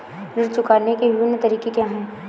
ऋण चुकाने के विभिन्न तरीके क्या हैं?